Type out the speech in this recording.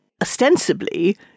ostensibly